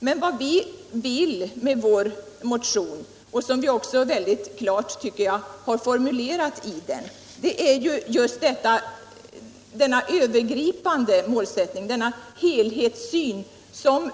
Men det som vi vill med vår motion — och som vi också mycket klart, tycker jag, har formulerat i den — är just den övergripande målsättningen, helhetssynen.